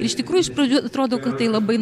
iš tikrųjų iš pradžių atrodo kad tai labai